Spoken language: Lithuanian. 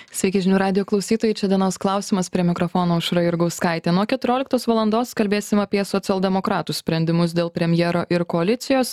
sveiki žinių radijo klausytojai čia dienos klausimas prie mikrofono aušra jurgauskaitė nuo keturioliktos valandos kalbėsim apie socialdemokratų sprendimus dėl premjero ir koalicijos